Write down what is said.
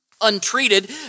untreated